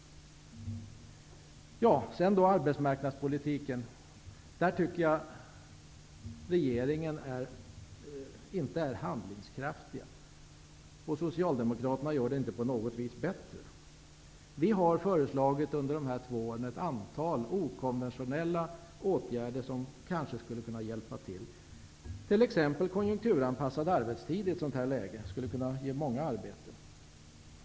Regeringen är enligt min mening inte handlingskraftig i fråga om arbetsmarknadspolitiken, och Socialdemokraterna gör inte på något vis situationen bättre. Vi har under de två år vi suttit i riksdagen föreslagit ett antal okonventionella åtgärder, som kanske skulle kunna hjälpa till. T.ex. skulle konjunkturanpassade arbetstider kunna ge många arbeten i ett sådant här läge.